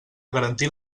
garantir